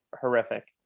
horrific